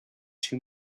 too